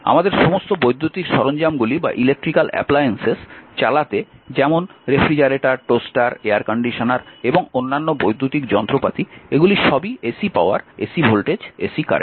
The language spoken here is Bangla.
আমাদের সমস্ত বৈদ্যুতিক সরঞ্জামগুলি চালাতে যেমন রেফ্রিজারেটর টোস্টার এয়ার কন্ডিশনার এবং অন্যান্য বৈদ্যুতিক যন্ত্রপাতি এগুলো সবই AC power AC voltage AC current